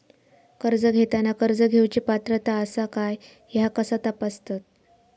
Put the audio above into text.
कर्ज घेताना कर्ज घेवची पात्रता आसा काय ह्या कसा तपासतात?